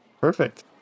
perfect